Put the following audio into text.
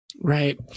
Right